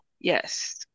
yes